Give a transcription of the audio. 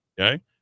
Okay